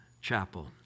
chapel